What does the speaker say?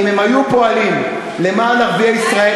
אם הם היו פועלים למען ערביי ישראל,